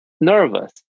nervous